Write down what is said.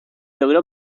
logró